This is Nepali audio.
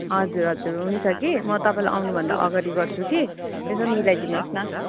हजुर हजुर हुन्छ कि म तपाईँलाई आउनुभन्दा अगाडि गर्छु कि यसो मिलाइदिनुहोस् न